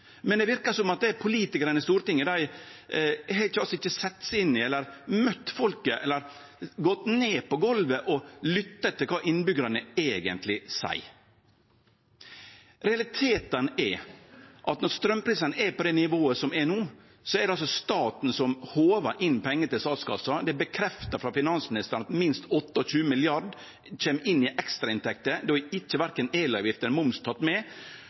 Men det verkar som om politikarane i Stortinget ikkje har sett seg inn i det, møtt folket eller gått ned på golvet og lytta etter kva innbyggjarane eigentleg seier. Realiteten er at når straumprisane er på det nivået dei er på no, er det staten som håvar inn pengar til statskassa. Det er bekrefta frå finansministeren at minst 28 mrd. kr kjem inn i ekstrainntekter, og då er verken elavgift eller moms tekne med.